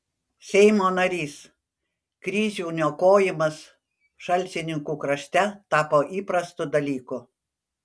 seimo narys kryžių niokojimas šalčininkų krašte tapo įprastu dalyku